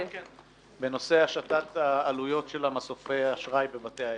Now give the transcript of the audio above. בנושא השתת עלויות של מסופי האשראי בבתי העסק.